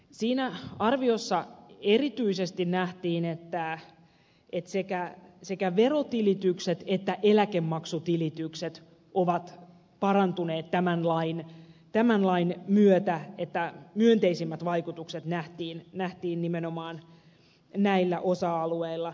siinä arviossa erityisesti nähtiin että sekä verotilitykset että eläkemaksutilitykset ovat parantuneet tämän lain myötä että myönteisimmät vaikutukset nähtiin nimenomaan näillä osa alueilla